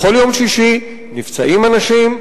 בכל יום שישי נפצעים אנשים,